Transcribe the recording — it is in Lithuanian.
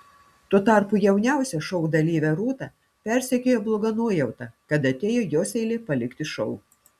tuo tarpu jauniausią šou dalyvę rūtą persekioja bloga nuojauta kad atėjo jos eilė palikti šou